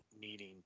needing